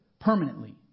permanently